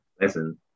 Listen